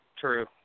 True